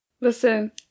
Listen